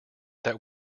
that